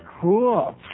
cool